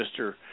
Mr